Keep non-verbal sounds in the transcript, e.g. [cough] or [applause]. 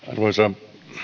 [unintelligible] arvoisa